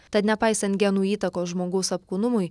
tad nepaisant genų įtakos žmogaus apkūnumui